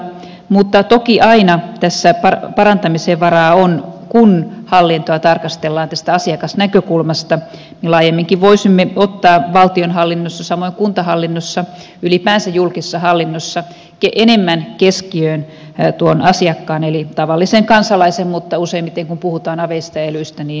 mutta toki aina tässä parantamisen varaa on kun hallintoa tarkastellaan tästä asiakasnäkökulmasta ja laajemminkin voisimme ottaa valtionhallinnossa samoin kuntahallinnossa ylipäänsä julkisessa hallinnossa enemmän keskiöön asiakkaan eli tavallisen kansalaisen mutta useimmiten kun puhutaan aveista ja elyistä yrityksen